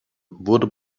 wurde